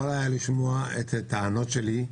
יכול היה לשמוע את הטענות שלי,